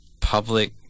public